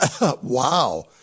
Wow